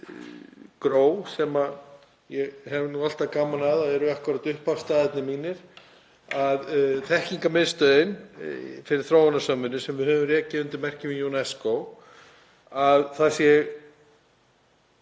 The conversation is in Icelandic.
sem ég hef nú alltaf gaman af að eru akkúrat upphafstafirnir mínir, þekkingarmiðstöðin fyrir þróunarsamvinnu sem við höfum rekið undir merkjum UNESCO — það er